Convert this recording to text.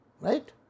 right